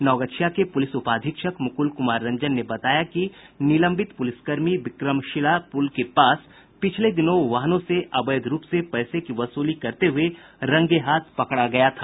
नवगछिया के पुलिस उपाधीक्षक मुकुल कुमार रंजन ने बताया कि निलंबित पुलिसकर्मी विक्रमशिला पुल के पास पिछले दिनों वाहनों से अवैध रूप से पैसे की वसूली करते हुये रंगेहाथ पकड़ा गया था